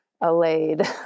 allayed